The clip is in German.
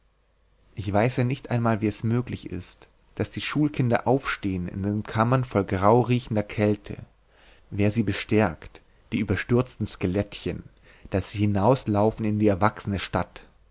ich weiß ja nicht einmal wie es möglich ist daß die schulkinder aufstehn in den kammern voll grauriechender kälte wer sie bestärkt die überstürzten skelettchen daß sie hinauslaufen in die erwachsene stadt